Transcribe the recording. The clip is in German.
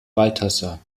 balthasar